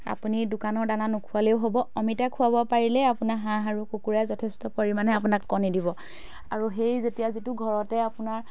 আপুনি দোকানৰ দানা নোখোৱালেও হ'ব অমিতা খোৱাব পাৰিলে আপোনাৰ হাঁহ আৰু কুকুৰাই যথেষ্ট পৰিমাণে আপোনাক কণী দিব আৰু সেই যেতিয়া যিটো ঘৰতে আপোনাৰ